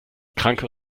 kranke